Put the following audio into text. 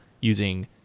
using